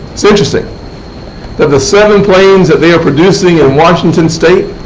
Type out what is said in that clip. it is interesting that the seven planes that they are producing in washington state,